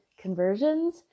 conversions